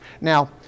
Now